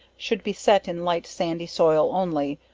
should be set in light sandy soil only,